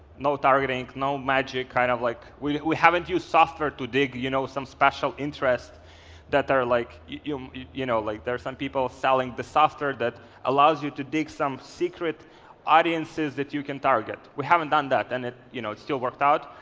no targeting, no magic, kind of like we we haven't used software to dig you know some special interest that are like you you you know. like there's some people selling the software that allows you to dig some secret audiences that you can target. we haven't done that. and it you know it still worked out.